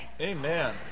Amen